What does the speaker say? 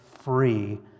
free